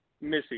Missy